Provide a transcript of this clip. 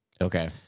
Okay